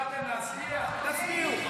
החלטתם להצביע, תצביעו.